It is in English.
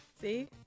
See